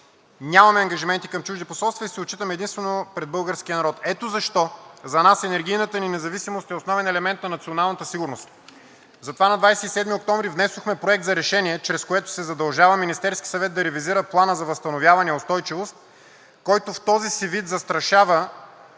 нямаме ангажименти към чужди посолства и се отчитаме единствено пред българския народ. Ето защо за нас енергийната ни независимост е основен елемент на националната сигурност. Затова на 27 октомври внесохме Проект на решение, чрез което се задължава Министерският съвет да ревизира Плана за възстановяване и устойчивост, който в този си вид застрашава